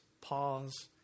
pause